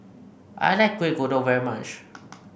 I like Kuih Kodok very much